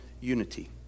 unity